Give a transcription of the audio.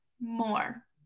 more